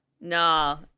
No